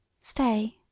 Stay